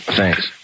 Thanks